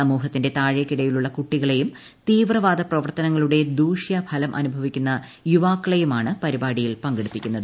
സമുഹത്തിന്റെ താഴെക്കിടയിലുള്ള കുട്ടികളെയും തീവ്രവാദ പ്രവർത്തനങ്ങളുടെ ദൂഷ്യഫലം അനുഭവിക്കുന്ന യുവാക്കളെയുമാണ് പരിപാടിയിൽ പങ്കെടുപ്പിക്കുന്നത്